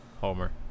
Homer